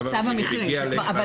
הם